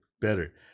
better